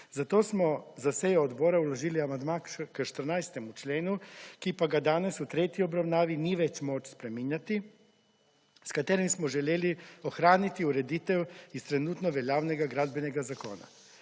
Zato smo za sejo odbora vložili amandma k 14. členu, ki pa ga danes v tretji obravnavi ni več moč spreminjati, s katerim smo želeli ohraniti ureditev iz trenutno veljavnega gradbenega zakona.